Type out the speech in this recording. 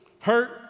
hurt